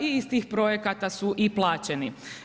I iz tih projekata su i plaćeni.